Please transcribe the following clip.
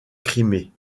crimée